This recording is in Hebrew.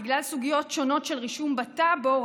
בגלל סוגיות שונות של רישום בטאבו,